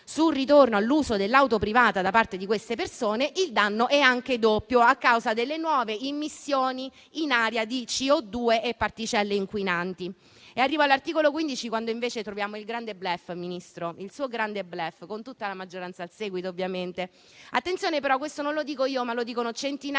sul ritorno all'uso dell'auto privata da parte di queste persone, il danno è anche doppio, a causa delle nuove immissioni in aria di CO2 e particelle inquinanti. E arrivo all'articolo 15, quando invece troviamo il grande *bluff*, Ministro, il suo grande *bluff*, con tutta la maggioranza al seguito, ovviamente. Attenzione, però, questo non lo dico io, ma lo dicono centinaia